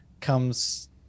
comes